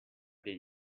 did